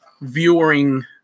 viewing